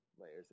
layers